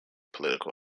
political